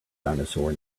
dinosaur